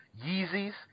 Yeezys